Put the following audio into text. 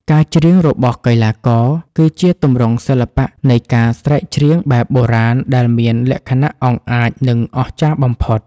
ការច្រៀងរបស់កីឡាករ គឺជាទម្រង់សិល្បៈនៃការស្រែកច្រៀងបែបបុរាណដែលមានលក្ខណៈអង់អាច និងអស្ចារ្យបំផុត។